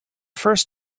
first